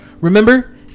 remember